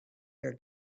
your